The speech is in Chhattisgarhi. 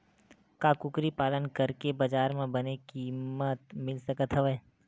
का कुकरी पालन करके बजार म बने किमत मिल सकत हवय?